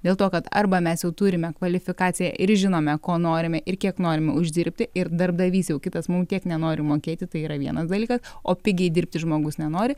dėl to kad arba mes jau turime kvalifikaciją ir žinome ko norime ir kiek norime uždirbti ir darbdavys jau kitas mum tiek nenori mokėti tai yra vienas dalykas o pigiai dirbti žmogus nenori